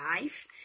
life